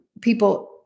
people